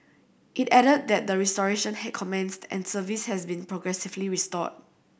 it added that the restoration had commenced and service has been progressively restored